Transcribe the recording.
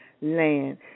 land